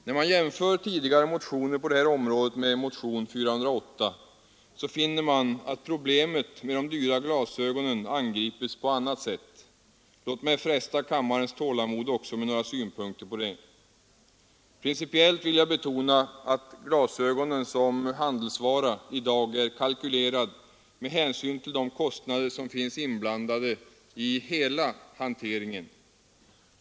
När man jämför tidigare motioner på det här området med motionen 408, finner man att problemet med de dyra glasögonen angripits på annat sätt. Låt mig fresta kammarens tålamod också med några synpunkter på det. Principiellt vill jag betona att glasögonen som handelsvara i dag är kalkylerade med hänsyn till de kostnader som finns inblandade i hela hanteringen.